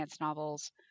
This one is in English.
novels